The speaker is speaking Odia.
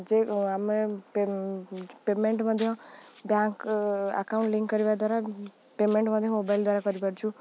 ଯେ ଆମେ ପେମେଣ୍ଟ ମଧ୍ୟ ବ୍ୟାଙ୍କ ଆକାଉଣ୍ଟ ଲିଙ୍କ କରିବା ଦ୍ୱାରା ପେମେଣ୍ଟ ମଧ୍ୟ ମୋବାଇଲ୍ ଦ୍ୱାରା କରିପାରୁଛୁ